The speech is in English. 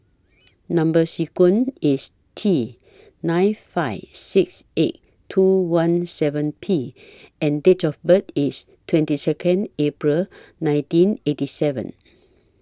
Number sequence IS T nine five six eight two one seven P and Date of birth IS twenty Second April nineteen eighty seven